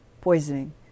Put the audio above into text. poisoning